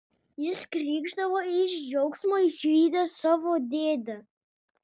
jis krykšdavo iš džiaugsmo išvydęs savo dėdę